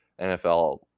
NFL